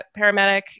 paramedic